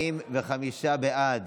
45 בעד,